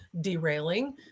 derailing